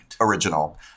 Original